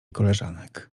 koleżanek